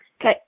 Okay